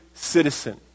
citizen